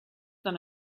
than